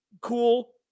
Cool